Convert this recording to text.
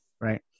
right